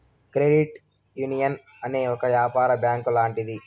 credit union అనేది ఒక యాపార బ్యాంక్ లాంటిది